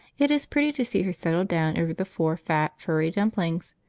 it is pretty to see her settle down over the four, fat, furry dumplings,